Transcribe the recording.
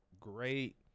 great